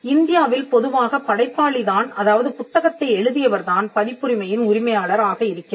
இந்தியாவில் பொதுவாக படைப்பாளி தான் அதாவது புத்தகத்தை எழுதியவர் தான் பதிப்புரிமையின் உரிமையாளர் ஆக இருக்கிறார்